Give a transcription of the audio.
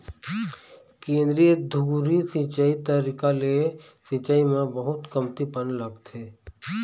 केंद्रीय धुरी सिंचई तरीका ले सिंचाई म बहुत कमती पानी लागथे